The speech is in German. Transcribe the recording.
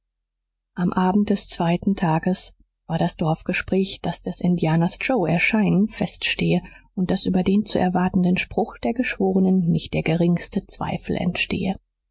am abend des zweiten tages war das dorfgespräch daß des indianer joe erscheinen feststehe und daß über den zu erwartenden spruch der geschworenen nicht der geringste zweifel entstehe